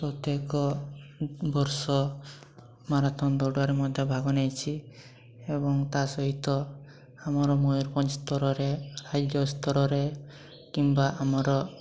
ପ୍ରତ୍ୟେକ ବର୍ଷ ମାରାଥନ୍ ଦୌଡ଼ରେ ମଧ୍ୟ ଭାଗ ନେଇଛି ଏବଂ ତା ସହିତ ଆମର ମୟୁରଭଞ୍ଜ ସ୍ତରରେ ରାଜ୍ୟ ସ୍ତରରେ କିମ୍ବା ଆମର